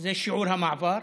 זה שיעור המעבר,